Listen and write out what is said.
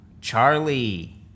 Charlie